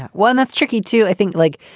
one that's tricky to think like.